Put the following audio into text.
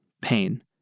pain